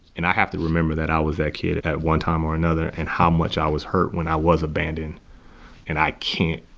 and i have to remember that i was that kid at at one time or another and how much i was hurt when i was abandoned and i can't,